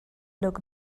look